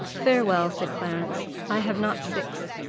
farewell, said clarence i have not six,